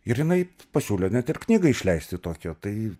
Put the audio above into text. ir jinai pasiūlė net ir knygą išleisti tokią tai